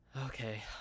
okay